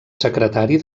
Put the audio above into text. secretari